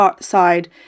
side